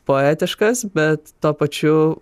poetiškas bet tuo pačiu